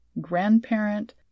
grandparent